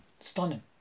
stunning